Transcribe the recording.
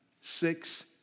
six